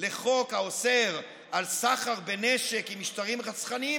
לחוק האוסר סחר בנשק עם משטרים רצחניים